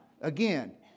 again